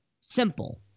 Simple